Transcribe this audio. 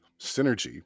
synergy